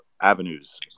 avenues